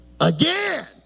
Again